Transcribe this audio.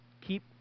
keep